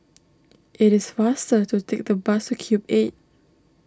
it is faster to take the bus to Cube eight